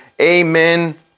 Amen